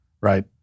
right